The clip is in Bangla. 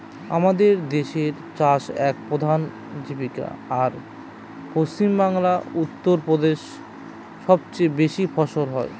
আমাদের দেশের চাষ এক প্রধান জীবিকা, আর পশ্চিমবাংলা, উত্তর প্রদেশে সব চেয়ে বেশি ফলন হয়